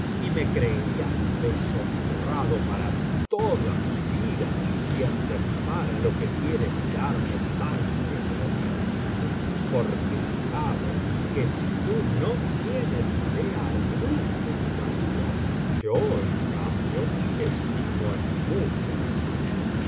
y me creería deshonrado para toda mi biblioteca valenciana generalitat valenciana las mil noches y una noche vida si aceptara lo que quieres darme tan generosamente porque sabe que si tú no tienes idea alguna de mi valía yo en cambio estimo en mucho la tuya